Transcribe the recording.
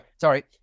sorry